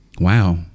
Wow